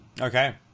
okay